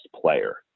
player